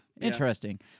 Interesting